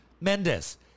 Mendes